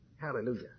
Hallelujah